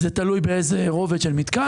זה תלוי באיזה רובד של מתקן.